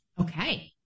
Okay